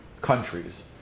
countries